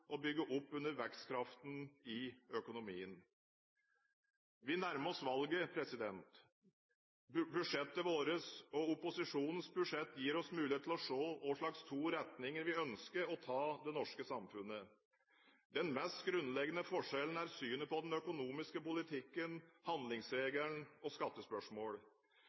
og bygge opp under vekstkraften i økonomien. Vi nærmer oss valget. Vårt budsjett og opposisjonens budsjett gir oss mulighet til å se i hvilke to retninger vi ønsker å ta det norske samfunnet. Den mest grunnleggende forskjellen er synet på den økonomiske politikken – handlingsregelen og skattespørsmål.